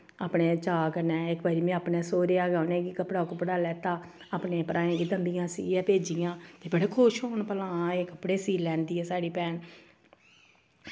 अपने चाऽ कन्नै इक बारी में अपने सोह्रेआ गै उ'नें गी कपड़ा कुपड़ा लैता अपने भ्राएं दी तम्बियां सीयै भेजियां ते बड़े खुश होन भला आं एह् कपड़े सीऽ लैंदी ऐ साढ़ी भैन